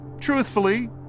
Truthfully